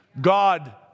God